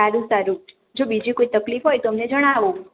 સારું સારું જો બીજું કોઈ તકલીફ હોય તો અમને જણાવો